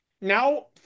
Now